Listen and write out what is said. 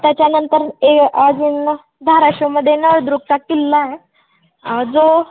त्याच्यानंतर ए अजून धाराशिवमध्ये नळदुर्गचा किल्ला आहे जो